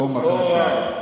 הוא מקום שני.